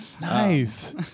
Nice